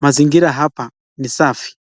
mazingira hapa ni safi.